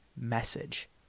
message